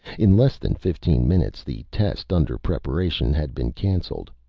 in less than fifteen minutes, the test under preparation had been canceled,